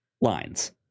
lines